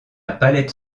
palette